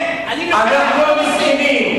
אני לוקח, לא נותן.